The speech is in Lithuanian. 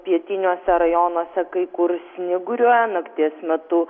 pietiniuose rajonuose kai kur snyguriuoja nakties metu